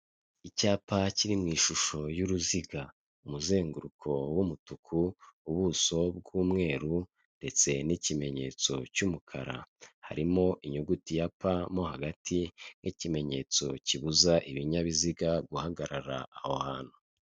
Icyapa kiri mu ishusho y'uruziga, umuzenguruko w'umutuku, ubuso bw'umweru ndetse n'ikimenyetso cy'umukara, harimo inyuguti ya pa mo hagati, nk'ikimenyetso kibuza ibinyabiziga guhagarara aho hantu.